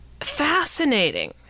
Fascinating